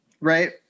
Right